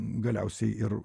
galiausiai ir